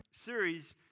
series